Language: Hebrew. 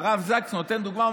והרב זקס נותן דוגמה.